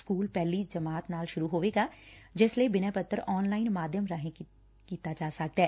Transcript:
school ਪਹਿਲੀ ਜਮਾਤ ਨਾਲ ਸ਼ੁਰੂ ਹੋਵੇਗਾ ਜਿਸ ਲਈ ਬਿਨੈ ਪੱਤਰ ਅਨ ਲਾਈਨ ਮਾਧਿਅਮ ਰਾਹੀ ਕੀਤਾ ਜਾ ਸਕਦੈ